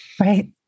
Right